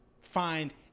find